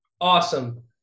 Awesome